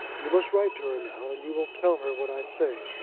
you must write to her now, and you will tell her what i say.